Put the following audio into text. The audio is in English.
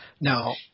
Now